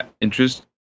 interest